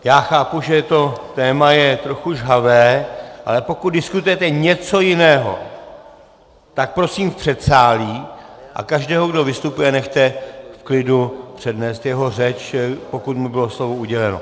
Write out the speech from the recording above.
Já chápu, že to téma je trochu žhavé, ale pokud diskutujete něco jiného, tak prosím v předsálí, a každého, kdo vystupuje, nechte v klidu přednést jeho řeč, pokud mu bylo slovo uděleno.